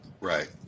Right